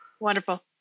Wonderful